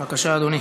בבקשה, אדוני.